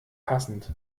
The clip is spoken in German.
passend